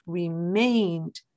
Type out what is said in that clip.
remained